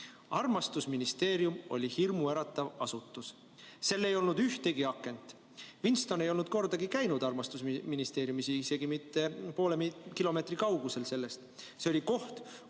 "Armastusministeerium oli hirmuäratav asutus. Sel ei olnud ühtki akent. Winston ei olnud kordagi käinud Armastusministeeriumis, isegi mitte poole kilomeetri kaugusel sellest. See oli koht,